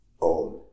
on